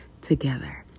together